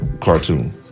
cartoon